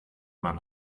man